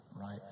right